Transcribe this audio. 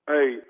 Hey